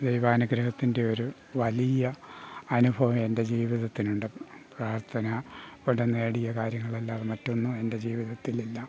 ദൈവാനുഗ്രഹത്തിൻ്റെ ഒരു വലിയ അനുഭവം എൻ്റെ ജീവിതത്തിനുണ്ട് പ്രാർത്ഥനയോടെ നേടിയ കാര്യങ്ങളല്ലാതെ മറ്റൊന്നും എൻ്റെ ജീവിതത്തിൽ ഇല്ല